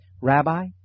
Rabbi